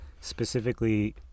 specifically